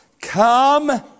Come